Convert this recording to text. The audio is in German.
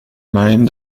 meinen